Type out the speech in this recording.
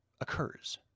occurs